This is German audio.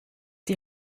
die